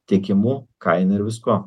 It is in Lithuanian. tiekimu kaina ir viskuo